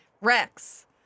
Rex